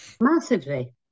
massively